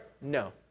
no